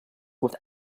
with